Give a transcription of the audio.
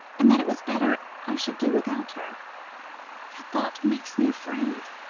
and that it was better i should do without her. that thought makes me afraid.